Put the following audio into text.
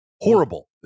Horrible